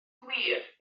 gwir